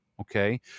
Okay